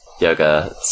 Yoga